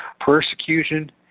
persecution